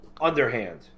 underhand